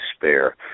despair